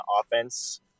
offense